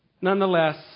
Nonetheless